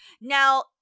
Now